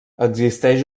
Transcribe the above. existeix